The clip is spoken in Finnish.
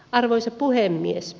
arvoisa puhemies